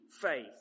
faith